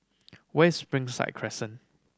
where's Springside Crescent